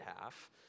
half